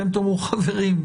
אתם תאמרו חברים,